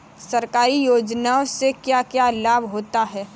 सरकारी योजनाओं से क्या क्या लाभ होता है?